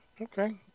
Okay